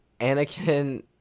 Anakin